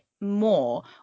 more